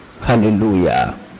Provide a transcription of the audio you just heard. Hallelujah